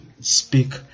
Speak